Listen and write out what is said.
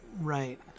Right